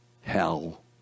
hell